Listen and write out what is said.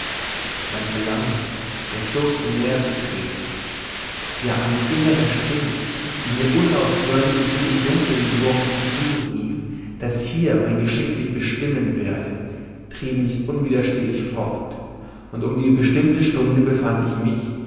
mein verlangen der fürstin näherzutreten ja eine innere stimme die mir unaufhörlich wie in dunklen worten zurief daß hier mein geschick sich bestimmen werde trieben mich unwiderstehlich fort und um die bestimmte stunde befand ich mich